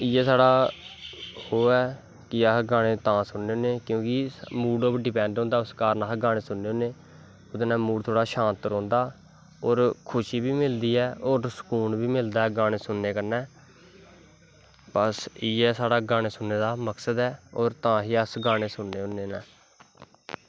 इयै साढ़ा ओह् ऐ कि अस गानें सुननें होनें क्योंकि मूड़ पर डिपैंट होंदा इस कारन अस गानें सुननें होनें एह्दै नै मूड़ थोह्ड़ा शांत रौंह्दा और खुशी बी मिलदी ऐ और सुकून बी मिलदा ऐ गानें सुननैं कन्नैं बस इयै साढ़ा गानें सुननें दा मक्सद ऐ और तां ही अस गानें सुननें होनें न